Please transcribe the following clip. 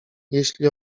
jeśli